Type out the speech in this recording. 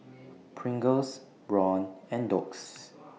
Pringles Braun and Doux